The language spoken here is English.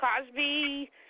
Cosby